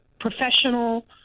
professional